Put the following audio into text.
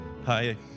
Hi